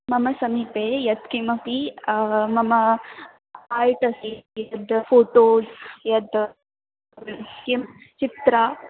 मम समीपे यत्किमपि मम आर्ट् अस्ति यद् फ़ोटोज़् यद् किं चित्रम्